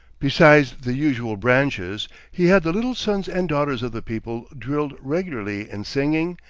besides the usual branches, he had the little sons and daughters of the people drilled regularly in singing,